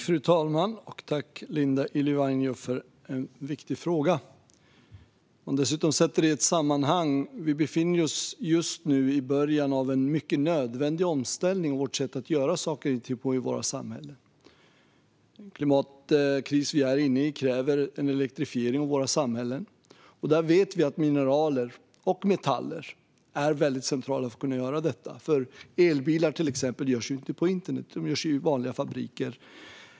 Fru talman! Tack, Linda Ylivainio, för en viktig fråga! Vi kan sätta in den i ett sammanhang. Vi befinner oss just nu i början av en nödvändig omställning av vårt sätt att göra saker och ting i våra samhällen. Den klimatkris vi är inne i kräver elektrifiering av samhället, och vi vet att mineraler och metaller är centrala för att kunna göra detta. Elbilar, till exempel, görs ju inte på internet utan i vanliga fabriker.